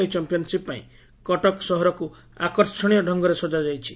ଏହି ଚମ୍ମିଆନ୍ସିପ୍ ପାଇଁ କଟକ ସହରକୁ ଆକର୍ଷଣୀୟ ଡ଼ଙଗରେ ସଜାଯାଇଛି